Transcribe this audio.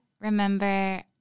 remember